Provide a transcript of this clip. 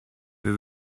wir